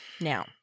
Now